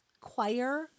choir